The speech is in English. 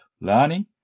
learning